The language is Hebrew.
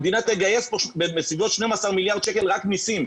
המדינה תגייס בסביבות 12 מיליארד שקל רק ממיסים.